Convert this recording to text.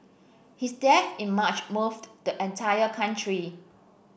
his death in March moved the entire country